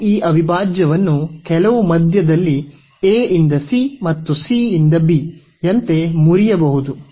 ನಾವು ಈ ಅವಿಭಾಜ್ಯವನ್ನು ಕೆಲವು ಮಧ್ಯದಲ್ಲಿ a ಇಂದ c ಮತ್ತು c ಇಂದ b ಯಂತೆ ಮುರಿಯಬಹುದು